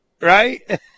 right